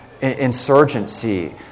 insurgency